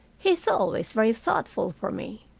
he is always very thoughtful for me.